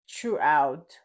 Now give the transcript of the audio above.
Throughout